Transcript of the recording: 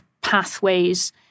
pathways